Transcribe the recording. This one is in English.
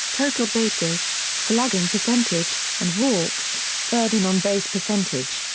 total bases, slugging percentage, and walks, third in on-base percentage,